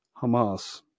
Hamas